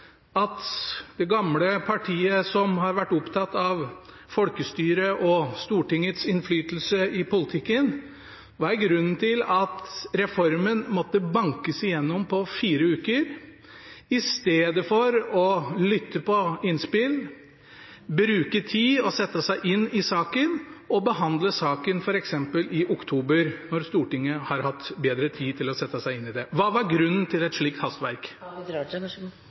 til det gamle partiet, som har vært opptatt av folkestyre og Stortingets innflytelse i politikken: Hva var grunnen til at reformen måtte bankes igjennom på fire uker, i stedet for at man fikk lytte til innspill, bruke tid og sette seg inn i saken og behandle saken f.eks. i oktober, når Stortinget har bedre tid til å sette seg inn i det? Hva var grunnen til et slikt hastverk?